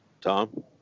tom